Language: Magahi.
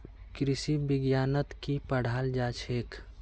कृषि विज्ञानत की पढ़ाल जाछेक